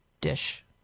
dish